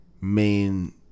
main